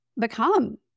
become